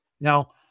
Now